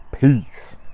Peace